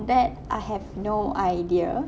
that I have no idea